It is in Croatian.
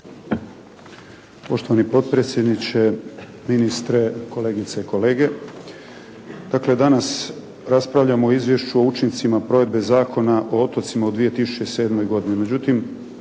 Poštovani potpredsjedniče, ministre, kolegice i kolege. Dakle, danas raspravljamo o Izvješću o učincima provedbe Zakona o otocima u 2007.